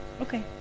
Okay